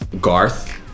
Garth